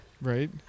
Right